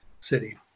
city